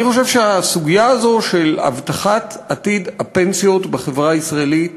אני חושב שהסוגיה הזאת של הבטחת עתיד הפנסיות בחברה הישראלית